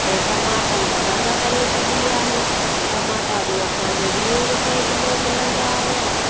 ऐं टमाटनि त हद करे छॾी आहे टमाटा बि असांखे वीहें रुपये किलो मिलंदा हुआ